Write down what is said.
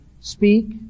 speak